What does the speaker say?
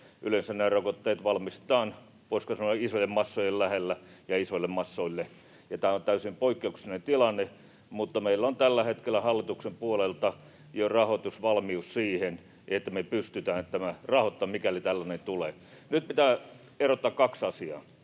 Yleensä nämä rokotteet valmistetaan, voisiko sanoa, isojen massojen lähellä ja isoille massoille, ja tämä on täysin poikkeuksellinen tilanne, mutta meillä on tällä hetkellä hallituksen puolelta jo rahoitusvalmius siihen, että me pystytään tämä rahoittamaan, mikäli tällainen tulee. Nyt pitää erottaa kaksi asiaa.